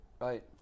Right